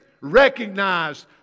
recognized